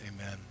Amen